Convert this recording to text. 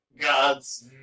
gods